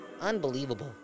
Unbelievable